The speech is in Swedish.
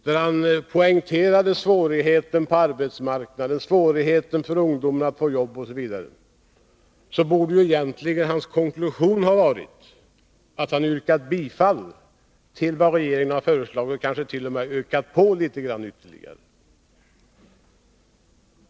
När han poängterar svårigheterna på arbetsmarknaden och svårigheter för ungdomen att få arbete, borde hans konklusion egentligen ha varit att yrka bifall till regeringsförslaget. Kanske 56 han t.o.m. borde ha ökat på litet grand.